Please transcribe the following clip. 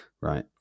Right